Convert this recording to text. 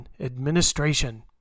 administration